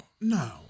No